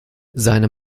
seine